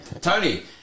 Tony